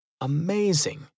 Amazing